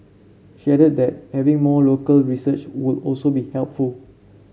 she added that having more local research would also be helpful